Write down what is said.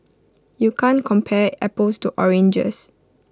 you can't compare apples to oranges